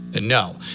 no